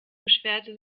beschwerte